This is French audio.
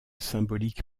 symbolique